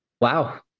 wow